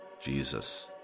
Jesus